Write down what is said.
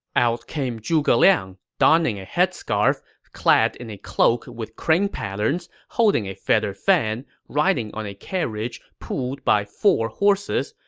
out came zhuge liang, donning a headscarf, clad in a cloak with crane patterns, holding a feather fan, riding on a carriage pulled by four horses,